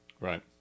right